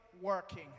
Working